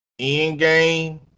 Endgame